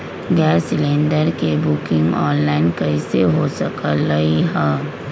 Gas cylinder के booking online कईसे हो सकलई ह?